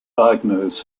diagnose